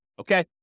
Okay